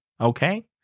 Okay